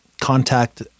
contact